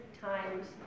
times